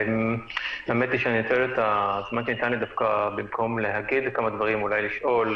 האמת שבמקום להגיד כמה דברים, אולי אשאל.